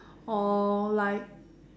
or like